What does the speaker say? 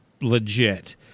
legit